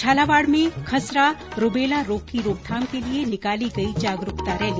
झालावाड़ में खसरा रूबेला रोग की रोकथाम के लिये निकाली गई जागरूकता रैली